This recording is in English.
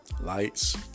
Lights